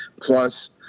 plus